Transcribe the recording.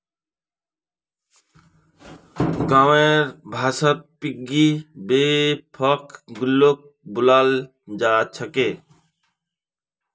गाँउर भाषात पिग्गी बैंकक गुल्लको बोलाल जा छेक